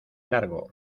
largo